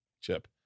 chip